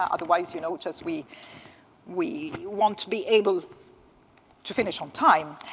otherwise, you know, just we we won't be able to finish on time.